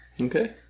Okay